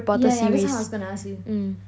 yeah yeah that's what I was gonna ask you